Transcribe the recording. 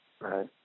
Right